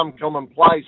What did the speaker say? commonplace